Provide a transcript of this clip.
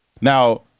Now